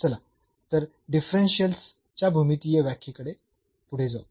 चला तर डिफरन्शियल्स च्या भूमितीय व्याख्येकडे पुढे जाऊ